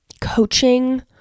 coaching